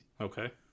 okay